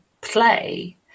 play